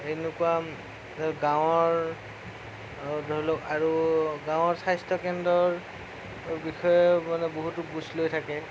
এনেকুৱা ধৰক গাঁৱৰ ধৰি লওক আৰু গাঁৱৰ স্বাস্থ্যকেন্দ্ৰৰ বিষয়ে মানে বহুতো বুজ লৈ থাকে